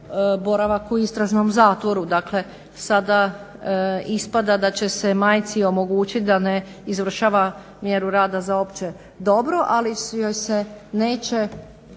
boravak u istražnom zatvoru. Dakle, sada ispada da će se majci omogućiti da ne izvršava mjeru rada za opće dobro, ali joj se neće